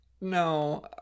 No